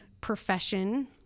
profession